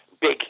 big